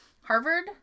Harvard